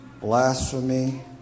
blasphemy